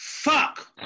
Fuck